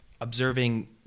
observing